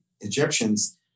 Egyptians